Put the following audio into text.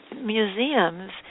museums